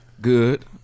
good